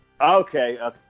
Okay